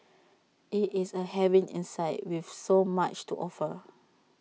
IT is A haven inside with so much to offer